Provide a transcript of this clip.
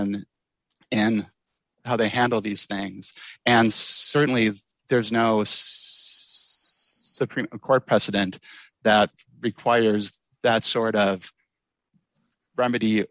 and how they handle these things and certainly there's no it's supreme court precedent that requires that sort of remedy